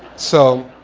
so,